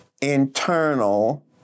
internal